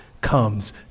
comes